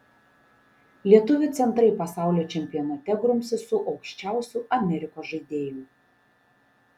lietuvių centrai pasaulio čempionate grumsis su aukščiausiu amerikos žaidėju